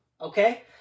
Okay